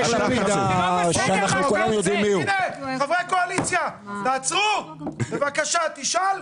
שבלי חברי כנסת מהקואליציה הדיון מסתיים תוך חצי שעה.